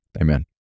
Amen